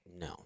no